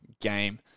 game